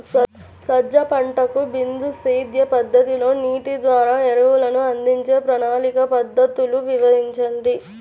సజ్జ పంటకు బిందు సేద్య పద్ధతిలో నీటి ద్వారా ఎరువులను అందించే ప్రణాళిక పద్ధతులు వివరించండి?